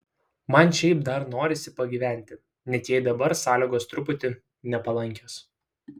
man šiaip dar norisi pagyventi net jei dabar sąlygos truputį nepalankios